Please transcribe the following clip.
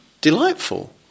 delightful